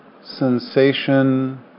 sensation